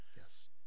Yes